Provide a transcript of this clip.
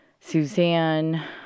Suzanne